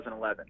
2011